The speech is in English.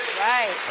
right,